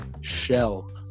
shell